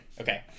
Okay